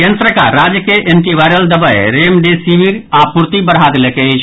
केन्द्र सरकार राज्य के एंटीवायरल दवाई रेमडेसिविरक आपूर्ति बढ़ा देलक अछि